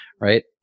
Right